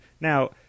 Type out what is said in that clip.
Now